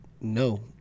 no